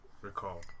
recall